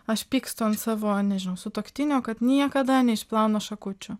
aš pykstu ant savo nežinau sutuoktinio kad niekada neišplauna šakučių